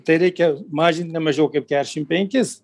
tai reikia mažint ne mažiau kaip kešim penkis